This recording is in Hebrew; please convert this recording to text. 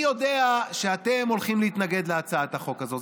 אני יודע שאתם הולכים להתנגד להצעת החוק הזו,